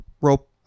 rope